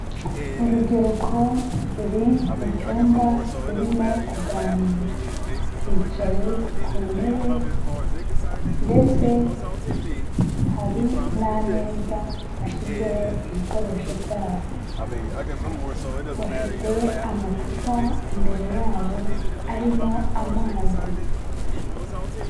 Urubyiruko ruri mu cyumba rurimo kuganira, bicaye ku ntebe ndetse hari n'ameza bashyizeho ibikoresho byabo, bafite amacupa imbere yabo arimo amazi.